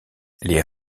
les